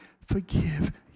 forgive